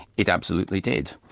it absolutely did.